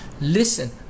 listen